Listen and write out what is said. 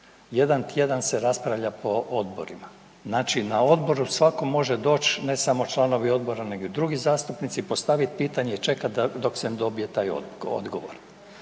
Jedan tjedan se raspravlja po odborima. Znači na odboru svatko može doći ne samo članovi odbora, nego i drugi zastupnici, postaviti pitanje i čekati dok se ne dobije taj odgovor.